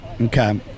Okay